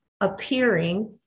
appearing